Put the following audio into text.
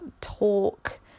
talk